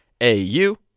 AU